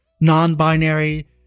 non-binary